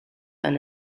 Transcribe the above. and